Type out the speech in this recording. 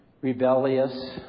rebellious